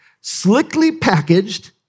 slickly-packaged